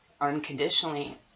unconditionally